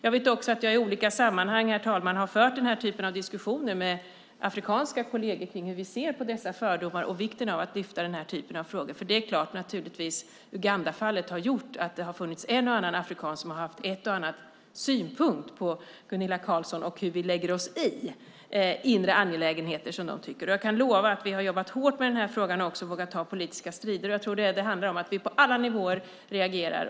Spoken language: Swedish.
Jag har också i olika sammanhang fört diskussioner med afrikanska kolleger om hur vi ser på dessa fördomar och om vikten av att lyfta fram den här typen av frågor, för det är klart att Ugandafallet har gjort att det har funnits en och annan afrikan som har haft en och annan synpunkt på Gunilla Carlsson och hur vi lägger oss i inre angelägenheter, som de tycker. Jag kan lova att vi har jobbat hårt med den här frågan och också vågat ta politiska strider. Jag tror att det handlar om att vi på alla nivåer reagerar.